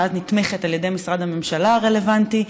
ואז היא נתמכת על ידי משרד הממשלה הרלוונטי.